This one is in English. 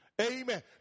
Amen